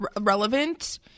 relevant